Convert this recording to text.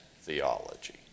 theology